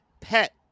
pet